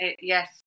Yes